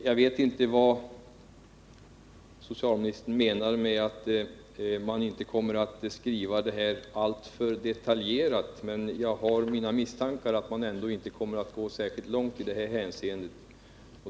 Jag vet inte vad socialministern menar med att man inte kommer att skriva alltför detaljerat, men jag har mina misstankar att man inte kommer att gå särskilt långt i det här hänseendet.